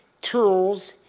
tools,